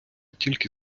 тільки